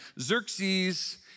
Xerxes